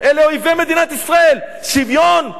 אלה אויבי מדינת ישראל: שוויון,